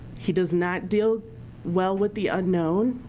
he does not deal well with the unknown.